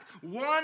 one